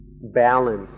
balance